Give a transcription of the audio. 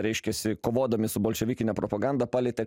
reiškiasi kovodami su bolševikine propaganda palietė